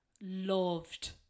loved